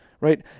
right